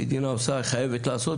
המדינה חייבת לעשות,